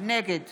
נגד